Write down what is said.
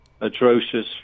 atrocious